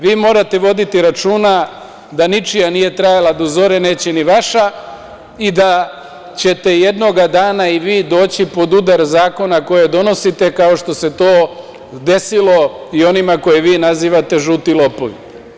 Vi morate voditi računa da ničija nije trajala do zore, a neće ni vaša i da ćete jednoga dana i vi doći pod udar zakona koje donosite kao što se desilo i onima koje vi nazivate žuti lopovi.